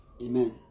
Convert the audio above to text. Amen